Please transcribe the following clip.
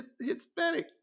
Hispanic